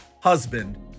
husband